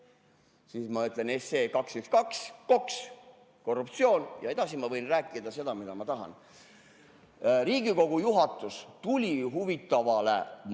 Siis ma ütlen 212 SE, KOKS, korruptsioon, ja edasi ma võin rääkida seda, mida ma tahan. Riigikogu juhatus tuli huvitavale mõttele,